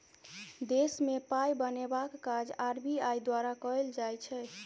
देशमे पाय बनेबाक काज आर.बी.आई द्वारा कएल जाइ छै